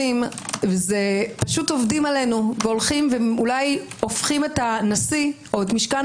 ופשוט אתם עובדים עלינו והופכים אולי את משכן